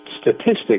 statistics